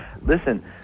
Listen